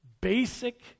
basic